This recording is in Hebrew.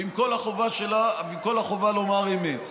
ועם כל החובה שבה ועם כל החובה לומר אמת.